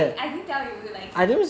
eh I didn't tell you like he